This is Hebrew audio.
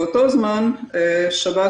באותו זמן שב"ס,